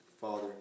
Father